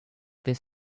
this